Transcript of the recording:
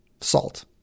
salt